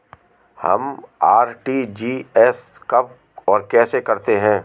हम आर.टी.जी.एस कब और कैसे करते हैं?